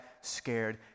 scared